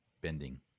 bending